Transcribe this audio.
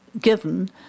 Given